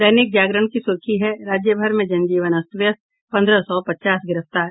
दैनिक जागरण की सुर्खी है राज्यभर में जनजीवन अस्त व्यस्त पंद्रह सौ पचास गिरफ्तार